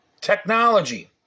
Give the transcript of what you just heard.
technology